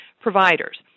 providers